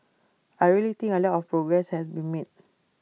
I really think A lot of progress has been made